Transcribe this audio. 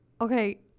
okay